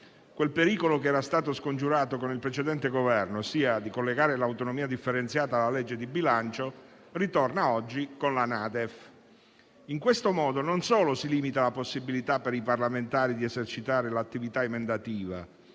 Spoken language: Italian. Il pericolo che era stato scongiurato con il precedente Governo, ossia quello di collegare l'autonomia differenziata alla legge di bilancio, ritorna oggi con la NADEF. In questo modo non solo si limita la possibilità per i parlamentari di esercitare l'attività emendativa,